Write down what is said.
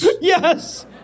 Yes